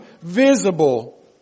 visible